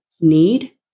need